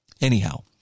Anyhow